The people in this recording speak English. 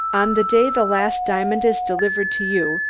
on the day the last diamond is delivered to you,